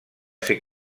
ser